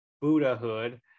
Buddhahood